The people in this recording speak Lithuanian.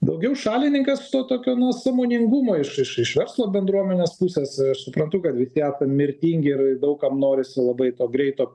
daugiau šalininkas to tokio na sąmoningumo iš iš iš verslo bendruomenės pusės suprantu kad visi esam mirtingi ir daug kam norisi labai to greito